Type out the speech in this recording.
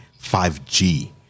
5g